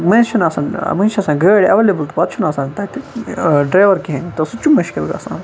مٔنٛزۍ چھِ آسان گٲڑۍ ایویلیبل پتہٕ چھُنہٕ آسان تَتہِ ڈرایوَر کِہیٖںی تہٕ سُہ تہِ چھُ مُشکِل گَژھان